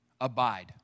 Abide